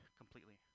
completely